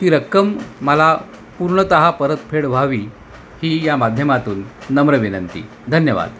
ती रक्कम मला पूर्णतः परतफेड व्हावी ही या माध्यमातून नम्र विनंती धन्यवाद